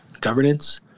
governance